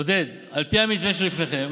עודד, על פי המתווה שלפניכם